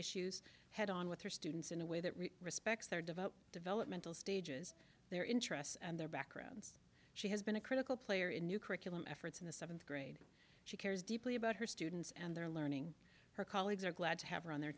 issues head on with her students in a way that respects their devout developmental stages their interests and their backgrounds she has been a critical player in new curriculum efforts in the seventh grade she cares deeply about her students and their learning her colleagues are glad to have her on their